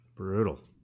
Brutal